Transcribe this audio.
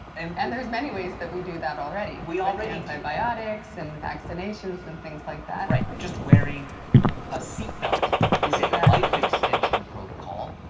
and and there's many ways that we do that already. we have antibiotics and vaccinations and things like that. right, just wearing a seatbelt is a life extension protocol.